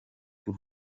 tw’u